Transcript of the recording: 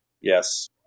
Yes